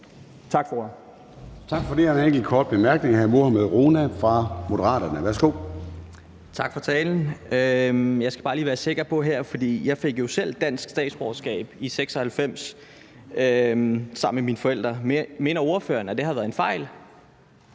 Tak for det. Der er en enkelt kort bemærkning. Hr. Mohammad Rona fra Moderaterne, værsgo. Kl. 14:15 Mohammad Rona (M): Tak for talen. Jeg skal bare lige være sikker på noget her, for jeg fik jo selv dansk statsborgerskab i 1996 sammen med mine forældre. Mener ordføreren, at det har været en fejl?